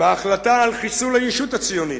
בהחלטתה בדבר חיסול הישות הציונית,